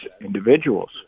individuals